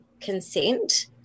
consent